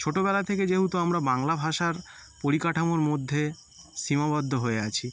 ছোটবেলা থেকে যেহেতু আমরা বাংলা ভাষার পরিকাঠামোর মধ্যে সীমাবদ্ধ হয়ে আছি